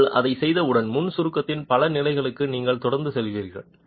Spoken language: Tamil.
நீங்கள் அதைச் செய்தவுடன் முன் சுருக்கத்தின் பல நிலைகளுக்கு நீங்கள் தொடர்ந்து செய்கிறீர்கள்